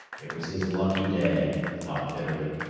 it was his lucky day, he thought bitterly.